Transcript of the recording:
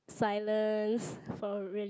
silence for really